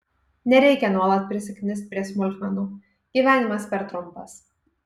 nereikia nuolat prisiknist prie smulkmenų gyvenimas per trumpas